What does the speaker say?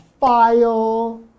file